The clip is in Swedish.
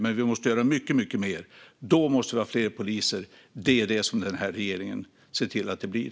Men vi måste göra mycket, mycket mer. Då måste vi ha fler poliser, och det är det som den här regeringen ser till att det blir.